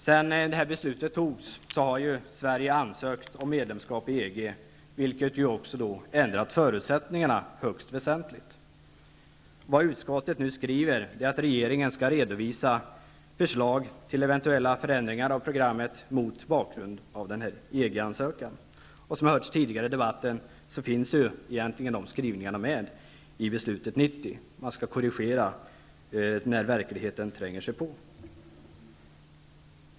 Sedan beslutet fattades har Sverige ansökt om medlemskap i EG, vilket även har ändrat förutsättningarna högst väsentligt. Utskottet skriver nu att regeringen skall redovisa förslag till eventuella förändringar av programmet mot bakgrund av EG-ansökan. Som vi har hört tidigare i debatten fanns dessa skrivningar egentligen med i beslutet 1990. Man skall korrigera när verkligheten tränger sig på.